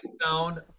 sound